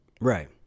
Right